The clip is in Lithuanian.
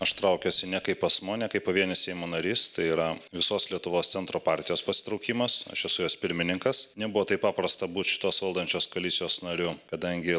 aš traukiuosi ne kaip asmuo ne kaip pavienis seimo narys tai yra visos lietuvos centro partijos pasitraukimas aš esu jos pirmininkas nebuvo taip paprasta būt šitos valdančios koalicijos nariu kadangi